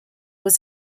was